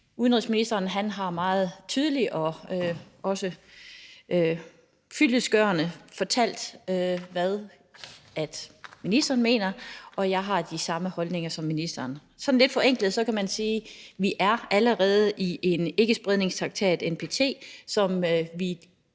Udenrigsministeren har meget tydeligt og også fyldestgørende fortalt, hvad han mener, og jeg har de samme holdninger som ministeren. Sådan lidt forenklet kan man sige, at vi allerede er med i ikkespredningstraktaten NPT,